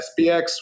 SBX